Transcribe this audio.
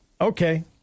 okay